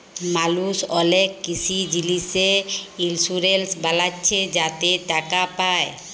মালুস অলেক কিসি জিলিসে ইলসুরেলস বালাচ্ছে যাতে টাকা পায়